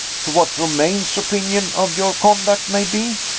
to what romayne's opinion of your conduct may be?